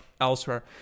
elsewhere